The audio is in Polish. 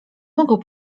mogą